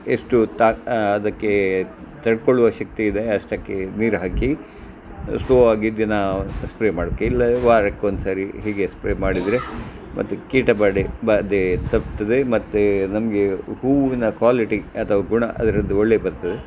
ಎಷ್ಟು ತಾ ಅದಕ್ಕೆ ತಡ್ಕೊಳ್ಳುವ ಶಕ್ತಿ ಇದೆ ಅಷ್ಟಕ್ಕೆ ನೀರು ಹಾಕಿ ಸ್ಲೋ ಆಗಿ ದಿನಾ ಸ್ಪ್ರೇ ಮಾಡ್ಕ ಇಲ್ಲ ವಾರಕ್ಕೆ ಒಂದ್ಸರಿ ಹೀಗೆ ಸ್ಪ್ರೇ ಮಾಡಿದರೆ ಮತ್ತೆ ಕೀಟಬಾಧೆ ಬಾಧೆ ತಪ್ಪುತ್ತದೆ ಮತ್ತು ನಮಗೆ ಹೂವಿನ ಕ್ವಾಲಿಟಿ ಅಥವಾ ಗುಣ ಅದ್ರದ್ದು ಒಳ್ಳೆ ಬರ್ತದೆ